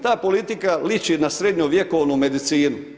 Ta politika liči na srednjovjekovnu medicinu.